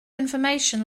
information